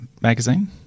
magazine